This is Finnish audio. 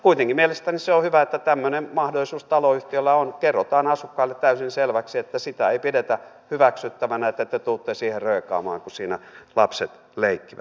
kuitenkin mielestäni se on hyvä että tämmöinen mahdollisuus taloyhtiöllä on että kerrotaan asukkaalle täysin selväksi että sitä ei pidetä hyväksyttävänä että te tulette siihen röökaamaan kun siinä lapset leikkivät